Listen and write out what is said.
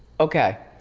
okay.